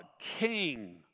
king